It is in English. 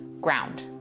Ground